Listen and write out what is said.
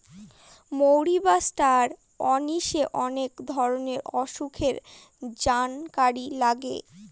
মৌরি বা ষ্টার অনিশে অনেক ধরনের অসুখের জানকারি লাগে